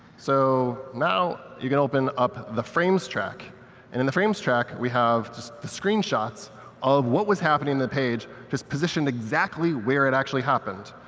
so now you can open up the frames track, and in the frames track we have just the screenshots of what was happening on the page just positioned exactly where it actually happened,